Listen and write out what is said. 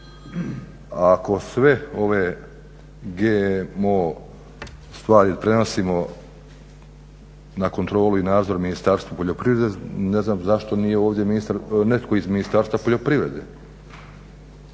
Ako sve ove GMO stvari prenosimo na kontrolu i nadzor Ministarstvu poljoprivrede ne znam zašto nije ovdje ministar, netko iz Ministarstva poljoprivrede,